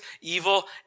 evil